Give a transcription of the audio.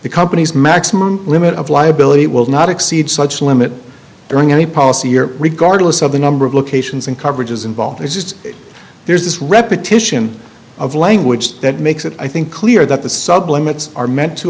the company's maximum limit of liability will not exceed such limit during any policy year regardless of the number of locations and coverages involved or just there's this repetition of language that makes it i think clear that the supplements are meant to